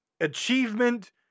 achievement